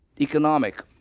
Economic